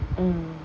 mm